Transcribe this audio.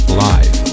live